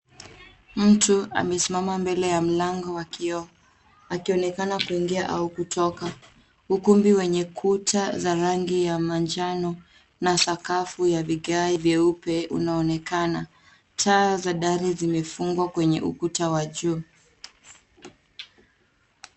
Mtu amesimama mbele ya mlango wa kioo akionekana kuingia au kutoka. Ukumbi wenye kuta za rangi ya manjano na sakafu ya vigae vyeupe una onekana. Taa za dari zimefungwa kwenye ukuta wa juu.